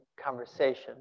conversation